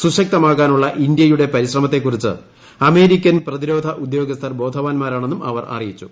സുശക്തമാകാനുള്ള ഇന്ത്യയുടെ പരിശ്രമത്തെക്കുറിച്ച് അമേരിക്കൻ പ്രതിരോധ ഉദ്യോഗസ്ഥർ ബോധവാന്മാരാണെന്നും അവർ അറിയിച്ചു